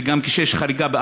וגם כשיש חריגה,